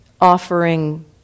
offering